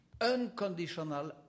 unconditional